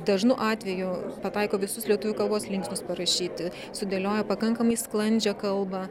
dažnu atveju pataiko visus lietuvių kalbos linksmus parašyti sudėlioja pakankamai sklandžią kalbą